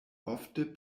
ofte